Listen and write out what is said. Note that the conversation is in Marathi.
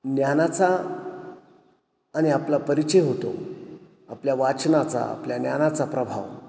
ज्ञानाचा आणि आपला परिचय होतो आपल्या वाचनाचा आपल्या ज्ञानाचा प्रभाव